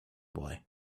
boy